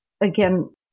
again